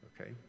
okay